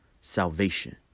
salvation